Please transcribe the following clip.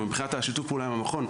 מבחינת שיתוף הפעולה עם המכון,